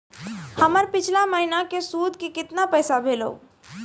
हमर पिछला महीने के सुध के केतना पैसा भेलौ?